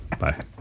Bye